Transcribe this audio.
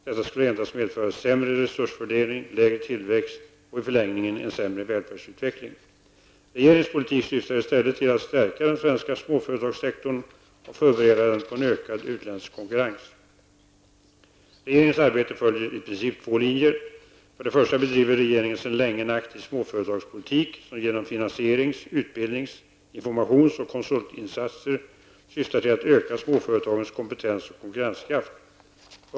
Detta skulle endast medföra sämre resursfördelning, lägre tillväxt och i förlängningen en sämre välfärdsutveckling. Regeringens politik syftar i stället till att stärka den svenska småföretagssektorn och förbereda den på en ökad utländsk konkurrens. Regeringens arbete följer i princip två linjer. För det första bedriver regeringen sedan länge en aktiv småföretagspolitik som genom finansierings-, utbildnings-, informations och konsultinsatser syftar till att öka småföretagens kompetens och konkurrenskraft.